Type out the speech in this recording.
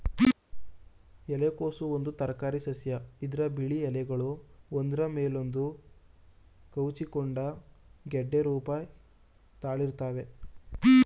ಎಲೆಕೋಸು ಒಂದು ತರಕಾರಿಸಸ್ಯ ಇದ್ರ ಬಿಳಿ ಎಲೆಗಳು ಒಂದ್ರ ಮೇಲೊಂದು ಕವುಚಿಕೊಂಡು ಗೆಡ್ಡೆ ರೂಪ ತಾಳಿರ್ತವೆ